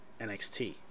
NXT